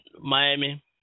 Miami